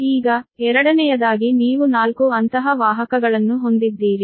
ಈಗ ಎರಡನೆಯದಾಗಿ ನೀವು 4 ಅಂತಹ ವಾಹಕಗಳನ್ನು ಹೊಂದಿದ್ದೀರಿ